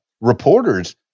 reporters